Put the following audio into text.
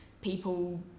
people